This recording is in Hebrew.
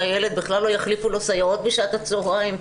שלילד בכלל לא יחליפו סייעות בשעות הצהריים,